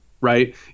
right